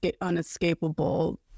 unescapable